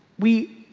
we,